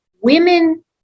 Women